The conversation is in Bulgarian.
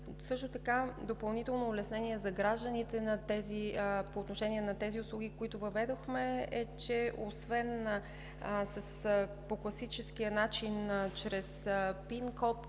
Също така допълнително улеснение за гражданите по отношение на тези услуги, които въведохме, е, че освен по класическия начин – чрез ПИН код,